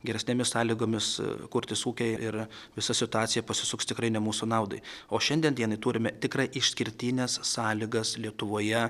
geresnėmis sąlygomis kurtis ūkiai yra visa situacija pasisuks tikrai ne mūsų naudai o šiandien dienai turime tikrai išskirtines sąlygas lietuvoje